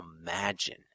imagine